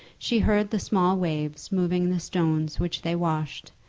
she heard the small waves moving the stones which they washed,